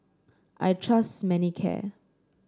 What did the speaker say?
I trust Manicare